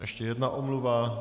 Ještě jedna omluva.